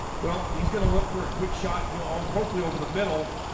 well, he's gonna look for a quick shot go over hopefully over the middle.